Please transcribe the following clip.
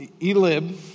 Elib